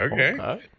okay